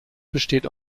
besteht